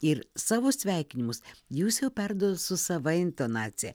ir savo sveikinimus jūs jau perduo su sava intonacija